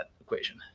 equation